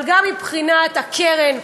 אבל גם מבחינת הקרן,